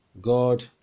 God